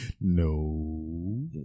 No